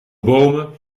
bomen